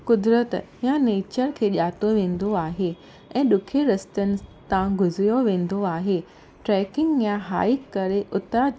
क़ुदिरत जा नेचर खे ज्ञातो वेंदो आहे ऐं ॾुखे रस्तनि था गुज़रियो वेंदो आहे ट्रैकिंग या हाइक करे उतां